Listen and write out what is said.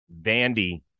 Vandy